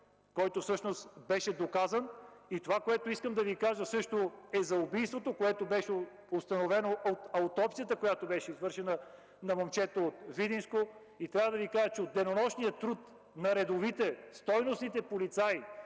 който беше доказан. Също така искам да ви кажа и за убийството, което беше установено от аутопсията, извършена на момчето от Видинско. Трябва да Ви кажа, че от денонощния труд на редовите, стойностните полицаи